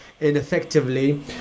ineffectively